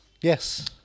Yes